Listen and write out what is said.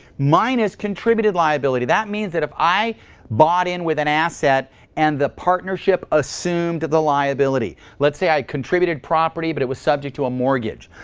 minus contributed liability. that means if i bought in with an asset and the partnership assumed the liability. let's say i contributed property, but it was subject to a mortgage.